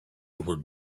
were